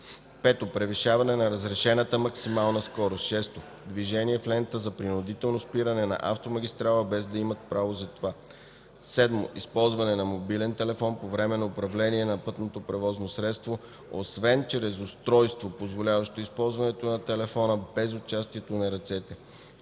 5. превишаване на разрешената максимална скорост; 6. движение в лента за принудително спиране на автомагистрала, без да има право за това; 7. използване на мобилен телефон по време на управление на пътното превозно средство освен чрез устройство, позволяващо използването на телефона без участието на ръцете;